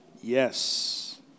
Yes